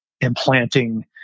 implanting